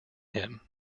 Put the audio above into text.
him